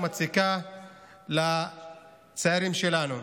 מציקה לצעירים שלנו.